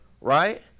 Right